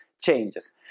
changes